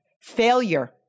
failure